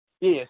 Yes